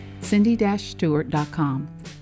cindy-stewart.com